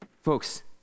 Folks